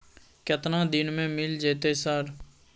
केतना दिन में मिल जयते सर?